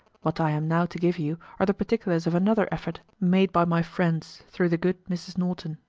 what i am now to give you are the particulars of another effort made by my friends, through the good mrs. norton.